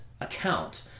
account